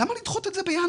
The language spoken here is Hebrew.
למה לדחות את זה בינואר?